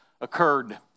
occurred